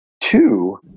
Two